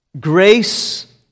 grace